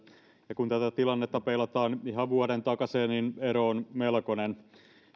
ja kun tätä tilannetta peilataan ihan vuoden takaiseen niin ero on melkoinen